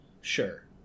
Sure